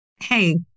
hey